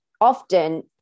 often